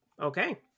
Okay